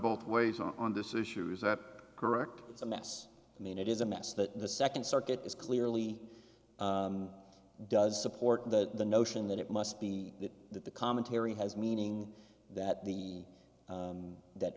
both ways on this issue is that correct it's a mess i mean it is a mess that the second circuit is clearly does support the notion that it must be that the commentary has meaning that the that